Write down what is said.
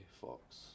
Fox